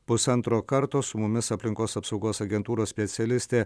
pusantro karto su mumis aplinkos apsaugos agentūros specialistė